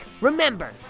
remember